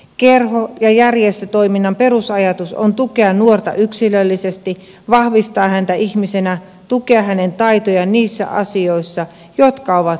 kerho ja järjestötoiminnan perusajatus on tukea nuorta yksilöllisesti vahvistaa häntä ihmisenä tukea hänen taitojaan niissä asioissa jotka ovat hänelle tärkeitä